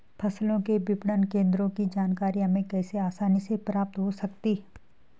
फसलों के विपणन केंद्रों की जानकारी हमें कैसे आसानी से प्राप्त हो सकती?